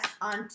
on